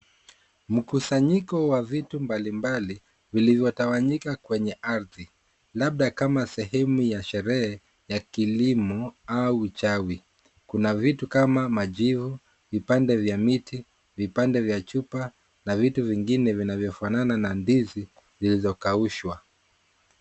Mkusanyiko wa vitu mbalimbali vilivyotawanyika kwenye ardhi, labda kama sehemu ya sherehe ya kilimo, au uchawi. Kuna vitu kama majivu, vipande vya miti, vipande vya chupa, na vitu vingine vinavyofanana na ndizi zilizokaushwa.